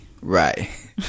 Right